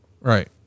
Right